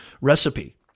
recipe